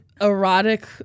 erotic